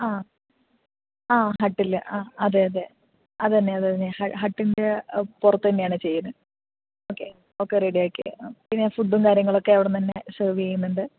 ആ ആ ഹട്ടിൽ ആ അതെയതെ അതു തന്നെയാണ് അതു തന്നെയാണ് ഹട്ടിൻ്റെ പുറത്ത് തന്നെയാണ് ചെയ്യുന്നത് ഓക്കേ ഓക്കേ റെഡിയാക്കിത്തരാം പിന്നെ ഫൂഡും കാര്യങ്ങളൊക്കെ അവിടുന്ന് തന്നെ സെർവ്വ് ചെയ്യുന്നുണ്ട്